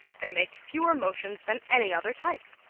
they make fewer motions than any other type.